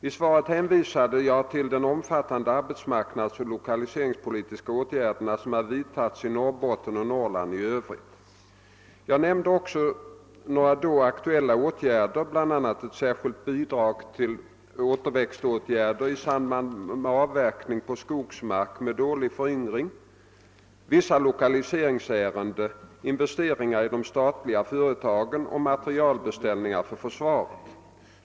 I svaret hänvisade jag till de omfattande arbetsmarknadsoch lokaliseringspolitiska åtgärder som har vidtagits i Norrbotten och Norrland i övrigt. Jag nämnde också några då aktuella åtgärder, bl.a. ett särskilt bidrag till återväxtåtgärder i samband med avverkning på skogsmark med dålig föryngring, vissa lokaliseringsärenden, investeringar i de statliga företagen och materielbeställningar för försvaret.